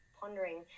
pondering